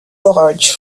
large